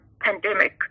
pandemic